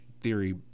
theory